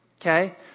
Okay